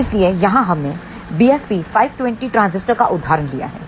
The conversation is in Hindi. इसलिए यहां हमने BFP520 ट्रांजिस्टर का उदाहरण लिया है